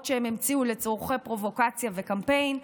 שהם המציאו לצורכי פרובוקציה וקמפיין,